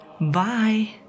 Bye